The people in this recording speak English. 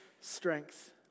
strength